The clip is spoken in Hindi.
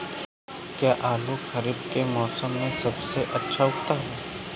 क्या आलू खरीफ के मौसम में सबसे अच्छा उगता है?